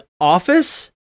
office